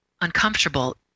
uncomfortable